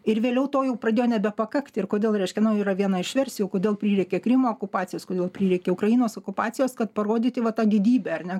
ir vėliau to jau pradėjo nebepakakti ir kodėl reiškia nu yra viena iš versijų kodėl prireikė krymo okupacijos kodėl prireikė ukrainos okupacijos kad parodyti va tą didybę ar ne